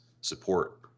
support